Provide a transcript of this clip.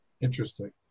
interesting